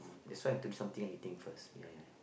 that's why I do something meeting first ya ya